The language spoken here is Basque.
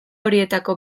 horietako